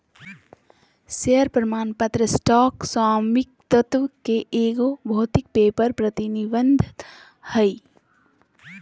share प्रमाण पत्र stock स्वामित्व के एगो भौतिक पेपर प्रतिनिधित्व हइ